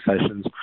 sessions